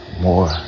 more